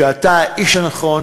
שאתה האיש הנכון